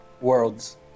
Worlds